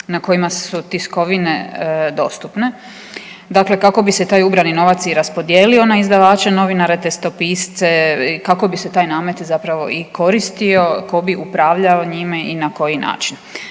na kojima su tiskovine dostupne, dakle kako bi se taj ubrani novac i raspodijelio na izdavače, novinare, tekstopisce i kako bi se taj namet i koristio, tko bi upravljao njime i na koji način.